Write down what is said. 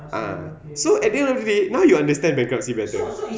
ah so at the end of the day now you understand bankruptcy better